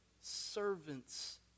servant's